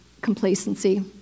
complacency